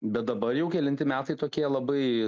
bet dabar jau kelinti metai tokie labai